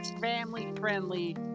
family-friendly